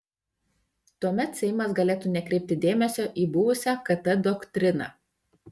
tuomet seimas galėtų nekreipti dėmesio į buvusią kt doktriną